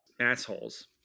Assholes